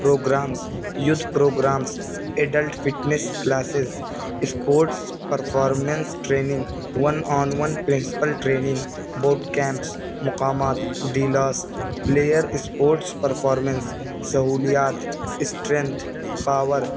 programmes youth programmes adult fitness classes sport performance training one on one principal training boot camps مقامات Dallas player sports performance سہولیات strength power